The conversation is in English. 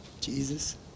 Jesus